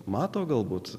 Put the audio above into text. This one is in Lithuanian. mato galbūt